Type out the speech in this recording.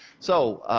so,